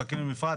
מחכים למפרט.